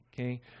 okay